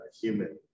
human